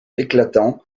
éclatant